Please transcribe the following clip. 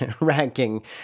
ranking